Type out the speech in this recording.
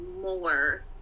more